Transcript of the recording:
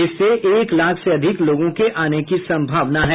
इससे एक लाख से अधिक लोगों के आने की संभावना है